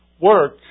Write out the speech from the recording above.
Work